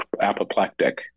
apoplectic